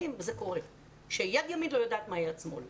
קורה לפעמים שיד ימין לא יודעת מה עושה יד שמאל.